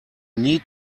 need